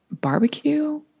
barbecue